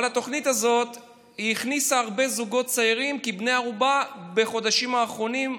אבל התוכנית הזאת הכניסה הרבה זוגות כבני ערובה בחודשים האחרונים,